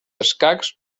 escacs